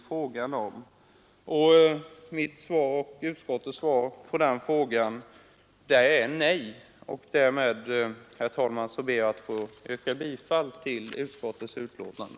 Mitt och utskottets svar är nej, och därmed, herr talman, ber jag att få yrka bifall till utskottets betänkande.